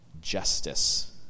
justice